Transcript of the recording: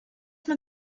mit